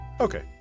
Okay